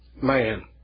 man